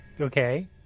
okay